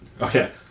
Okay